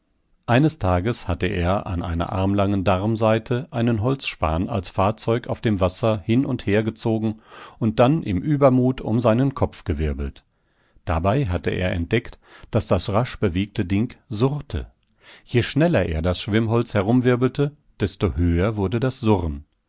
eines tages hatte er an einer armlangen darmsaite einen holzspan als fahrzeug auf dem wasser hin und her gezogen und dann im übermut um seinen kopf gewirbelt dabei hatte er entdeckt daß das rasch bewegte ding surrte je schneller er das schwirrholz herumwirbelte desto höher wurde das surren